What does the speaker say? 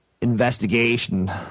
investigation